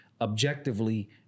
objectively